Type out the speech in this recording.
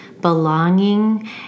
belonging